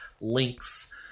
links